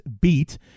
Beat